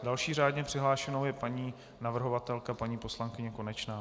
Další řádně přihlášenou je paní navrhovatelka paní poslankyně Konečná.